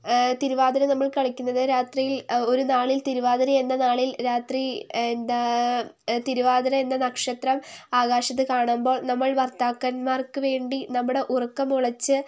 തിരുവാതിര നമ്മൾ കളിക്കുന്നത് രാത്രിയിൽ ഒരു നാളിൽ തിരുവാതിരയെന്ന നാളിൽ രാത്രി എന്താ തിരുവാതിര എന്ന നക്ഷത്രം ആകാശത്ത് കാണുമ്പോൾ നമ്മൾ ഭർത്താക്കന്മാർക്ക് വേണ്ടി നമ്മുടെ ഉറക്കമുളച്ച്